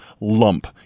lump